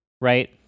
right